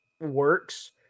works